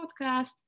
podcast